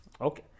Okay